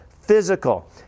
physical